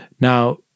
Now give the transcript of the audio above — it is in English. Now